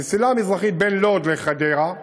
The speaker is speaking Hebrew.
המסילה המזרחית בין לוד לחדרה,